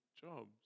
jobs